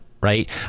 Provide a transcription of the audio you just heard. Right